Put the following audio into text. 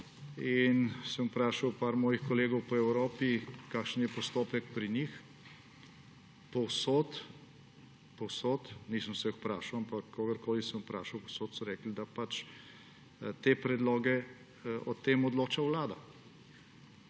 in sem vprašal nekaj mojih kolegov po Evropi, kakšen je postopek pri njih. Povsod, nisem vseh vprašal, ampak kogarkoli sem vprašal, povsod so rekli, da o tem odloča Vlada.